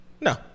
No